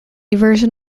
version